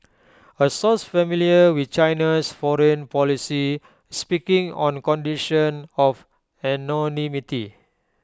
A source familiar with China's foreign policy speaking on condition of anonymity